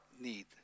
need